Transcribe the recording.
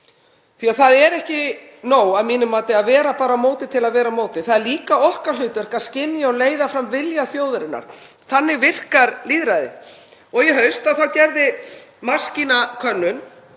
því það er ekki nóg að mínu mati að vera bara á móti til að vera á móti, það er líka okkar hlutverk að skynja og leiða fram vilja þjóðarinnar. Þannig virkar lýðræði. Í haust gerði Maskína könnun